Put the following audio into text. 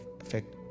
effect